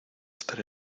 estar